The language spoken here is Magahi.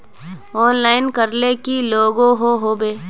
ऑनलाइन करले की लागोहो होबे?